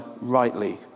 rightly